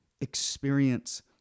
experience